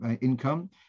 income